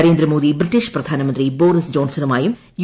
Narendra Modi British പ്രധാനമന്ത്രി Boris ജോൺസണുമായും U